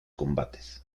combates